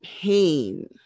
pain